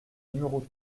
numéro